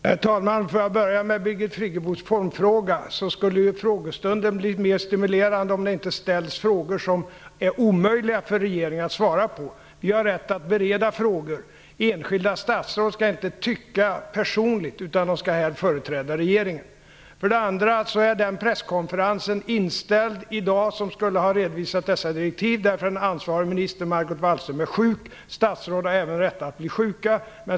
Herr talman! Får jag börja med Birgit Friggebos formfråga. Frågestunden skulle bli mer stimulerande om det inte ställdes frågor som är omöjliga för regeringen att svara på. Vi har rätt att bereda frågor. Enskilda statsråd skall inte tycka personligt, utan de skall företräda regeringen. När det gäller den andra frågan är presskonferensen som skulle ha redovisat dessa direktiv inställd därför att den ansvariga ministern, Margot Wallström, är sjuk. Även statsråd har rätt att bli sjuka.